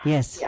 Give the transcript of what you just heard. Yes